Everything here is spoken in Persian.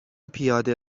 پیاده